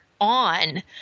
on